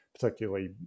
particularly